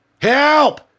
Help